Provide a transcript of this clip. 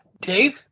Dave